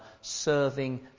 serving